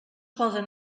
poden